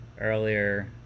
earlier